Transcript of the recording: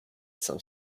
some